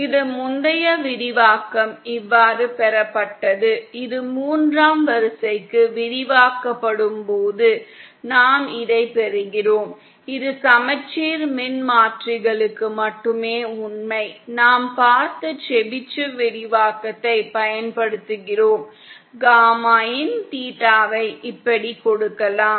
இது முந்தைய விரிவாக்கம் இவ்வாறு பெறப்பட்டது இது மூன்றாம் வரிசைக்கு விரிவாக்கப்படும்போது நாம் இதைப் பெறுகிறோம் இது சமச்சீர் மின்மாற்றிகளுக்கு மட்டுமே உண்மை நாம் பார்த்த செபிஷேவ் விரிவாக்கத்தைப் பயன்படுத்துகிறோம் காமாin தீட்டாவை இப்படி கொடுக்கலாம்